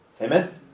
Amen